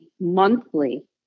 monthly